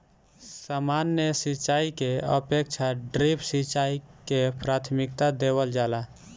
सामान्य सिंचाई के अपेक्षा ड्रिप सिंचाई के प्राथमिकता देवल जाला